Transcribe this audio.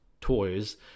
toys